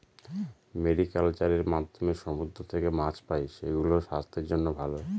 mariculture এর মাধ্যমে সমুদ্র থেকে মাছ পাই, সেগুলো স্বাস্থ্যের জন্য ভালো